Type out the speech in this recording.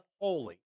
holy